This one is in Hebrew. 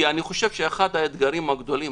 כי אחד האתגרים הגדולים,